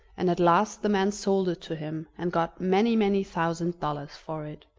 and at last the man sold it to him, and got many, many thousand dollars for it.